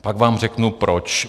Pak vám řeknu proč.